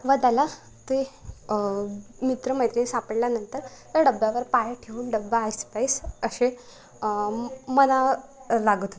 व त्याला ते मित्रमैत्रिणी सापडल्यानंतर त्या डब्यावर पाय ठेवून डब्या ऐसपैस असे म्हणा लागत होतं